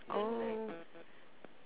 oh